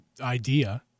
idea